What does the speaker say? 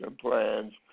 plans